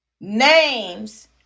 names